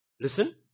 Listen